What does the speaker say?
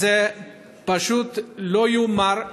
זה פשוט לא ייאמן,